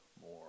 more